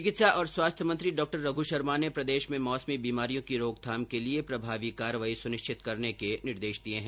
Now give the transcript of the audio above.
चिकित्सा और स्वास्थ्य मंत्री डा रघ् शर्मा ने प्रदेश में मौसमी बीमारियों की रोकथाम के लिए प्रभावी कार्यवाही सुनिश्चित करने के निर्देश दिए हैं